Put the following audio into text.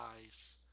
eyes